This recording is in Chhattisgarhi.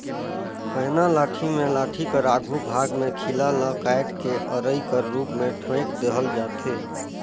पैना लाठी मे लाठी कर आघु भाग मे खीला ल काएट के अरई कर रूप मे ठोएक देहल जाथे